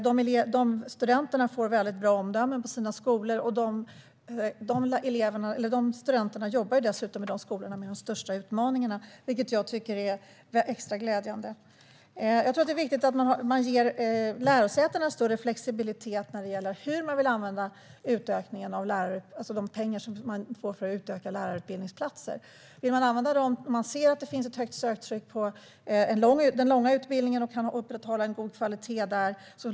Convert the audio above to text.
Dessa studenter får väldigt bra omdömen på sina skolor, och dessa studenter jobbar dessutom i skolorna med de största utmaningarna, vilket jag tycker är extra glädjande. Jag tror att det är viktigt att lärosätena får större flexibilitet när det gäller hur man vill använda de pengar som man får för att utöka antalet lärarutbildningsplatser. Låt lärosätena använda pengarna till den långa utbildningen om det finns ett högt söktryck där och om man kan upprätthålla en god kvalitet.